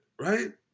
right